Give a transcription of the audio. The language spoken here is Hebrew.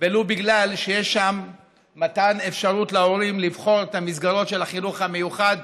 ולו בגלל שיש שם מתן אפשרות להורים לבחור את המסגרות של החינוך המיוחד